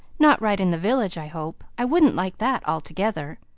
not right in the village, i hope. i wouldn't like that altogether.